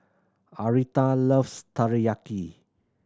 Aretha loves Teriyaki